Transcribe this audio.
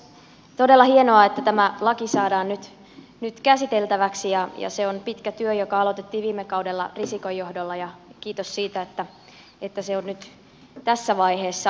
todella hienoa että tämä laki saadaan nyt käsiteltäväksi ja se on pitkä työ joka aloitettiin viime kaudella risikon johdolla ja kiitos siitä että se on nyt tässä vaiheessa